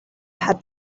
had